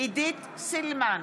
עידית סילמן,